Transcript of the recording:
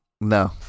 No